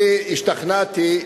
אני השתכנעתי,